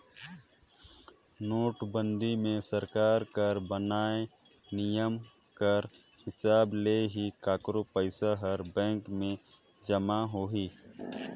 नोटबंदी मे सरकार कर बनाय नियम कर हिसाब ले ही काकरो पइसा हर बेंक में जमा होही